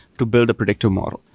to build a predictive model.